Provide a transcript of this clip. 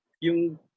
yung